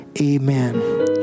Amen